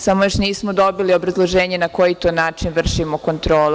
Samo još nismo dobili obrazloženje na koji to način vršimo kontrolu.